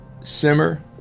simmer